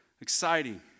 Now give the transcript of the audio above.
exciting